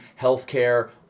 healthcare